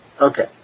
Okay